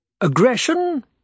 Aggression